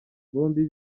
bombi